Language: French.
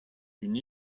une